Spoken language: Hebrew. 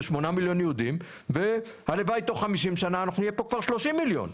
8 מיליון יהודים והלוואי שתוך חמישים שנה אנחנו נהיה כבר 30 מיליון.